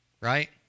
Right